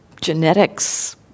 genetics